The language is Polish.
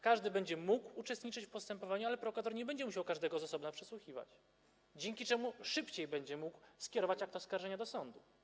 Każdy będzie mógł uczestniczyć w postępowaniu, ale prokurator nie będzie musiał każdego z osobna przesłuchiwać, dzięki czemu szybciej będzie mógł skierować akt oskarżenia do sądu.